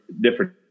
different